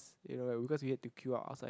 you know right because we had to queue up outside